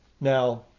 Now